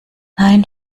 nein